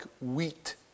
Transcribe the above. wheat